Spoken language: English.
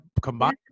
combine